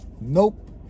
Nope